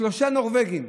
שלושה נורבגים,